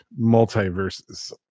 multiverses